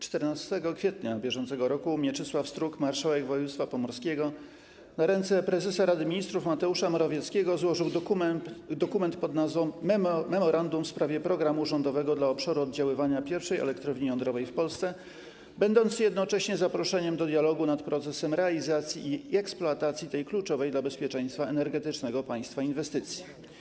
14 kwietnia br. Mieczysław Struk, marszałek województwa pomorskiego, na ręce prezesa Rady Ministrów Mateusza Morawieckiego złożył dokument pod nazwą ˝Memorandum w sprawie programu rządowego dla obszaru oddziaływania pierwszej elektrowni jądrowej w Polsce˝, będący jednocześnie zaproszeniem do dialogu w sprawie procesu realizacji i eksploatacji tej kluczowej dla bezpieczeństwa energetycznego państwa inwestycji.